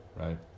Right